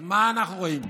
אז מה אנחנו רואים פה?